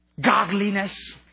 godliness